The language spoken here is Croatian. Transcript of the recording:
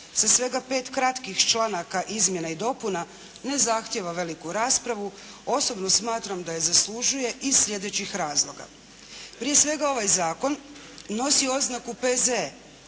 sa svega pet kratkih članaka izmjena i dopuna ne zahtijeva veliku raspravu osobno smatram da je zaslužuje iz slijedećih razloga. Prije svega ovaj zakon nosi zakonu P.Z.E.